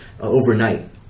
overnight